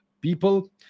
people